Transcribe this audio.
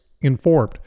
informed